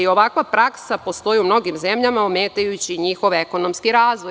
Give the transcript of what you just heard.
Ovakva praksa postoji u mnogim zemljama, ometajući njihov ekonomski razvoj.